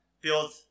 build